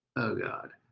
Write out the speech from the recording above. oh god.